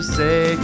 say